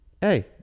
Hey